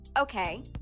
Okay